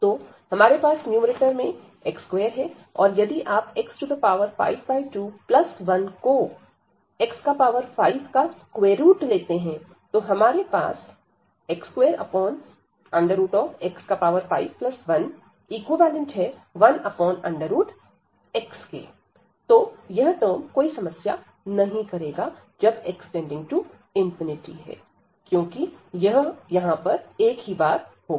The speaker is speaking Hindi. तो हमारे पास न्यूमैरेटर में x2 है और यदि आप x521 को x5 का स्क्वेयर रूट लेते हैं तो हमारे पास है x2x51〜1x तो यह टर्म कोई समस्या नहीं करेगा जब x→∞क्योंकि यह यहां पर एक ही बार होगा